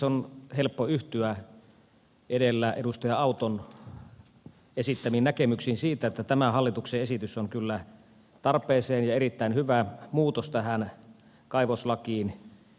on helppo yhtyä edellä edustaja auton esittämiin näkemyksiin siitä että tämä hallituksen esitys on kyllä tarpeeseen ja erittäin hyvä muutos tähän kaivoslakiin